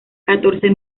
catorce